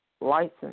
license